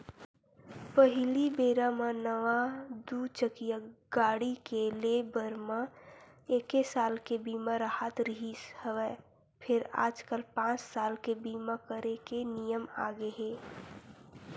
पहिली बेरा म नवा दू चकिया गाड़ी के ले बर म एके साल के बीमा राहत रिहिस हवय फेर आजकल पाँच साल के बीमा करे के नियम आगे हे